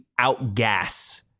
outgas